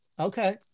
Okay